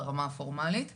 ברמה הפורמלית.